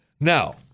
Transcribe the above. Now